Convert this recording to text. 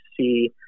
see